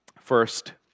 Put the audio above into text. First